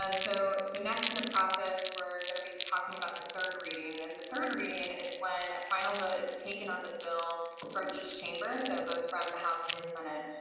um so so, next in the process, we're gonna be talking about the third reading. and the third reading is when a final vote is taken on the bill from each chamber, so both from the house and the senate,